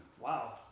Wow